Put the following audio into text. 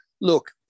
look